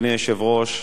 אדוני היושב-ראש,